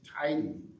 tidy